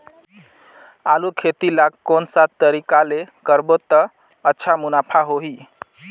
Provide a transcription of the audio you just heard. आलू खेती ला कोन सा तरीका ले करबो त अच्छा मुनाफा होही?